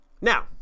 Now